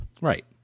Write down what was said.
Right